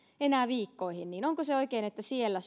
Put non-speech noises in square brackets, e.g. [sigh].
enää viikkoihin niin onko se oikein että siellä [unintelligible]